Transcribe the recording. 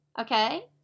Okay